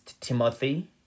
Timothy